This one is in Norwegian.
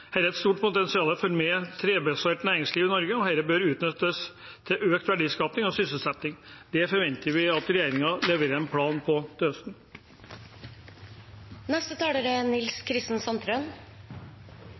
er et stort potensial for mer trebasert næringsliv i Norge, og dette bør utnyttes til økt verdiskaping og sysselsetting. Det forventer vi at regjeringen leverer en plan